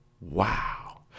Wow